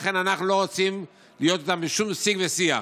לכן אנחנו לא רוצים להיות איתם בשום סיג ושיח.